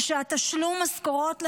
ושתשלום המשכורות למחבלים,